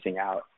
out